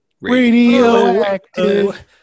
Radioactive